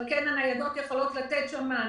אבל הניידות יכולות לתת שם מענה.